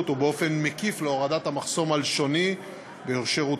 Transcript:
ובאופן מקיף להורדת המחסום הלשוני בשירותי